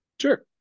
Sure